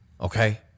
okay